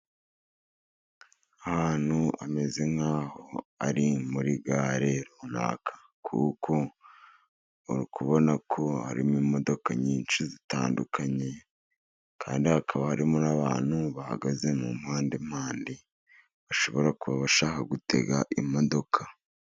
Ahantu hameze nk'aho ari muri gare runaka, kuko uri kubona ko harimo imodoka nyinshi zitandukanye, kandi hakaba harimo n'abantu bahagaze mu mpande mpande, bashobora kuba bashaka gutega imodoka.